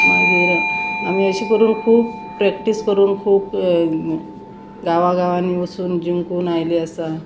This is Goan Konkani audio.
मागीर आमी अशें करून खूब प्रॅक्टीस करून खूब गांवागांवांनी वचून जिंकून आयलें आसा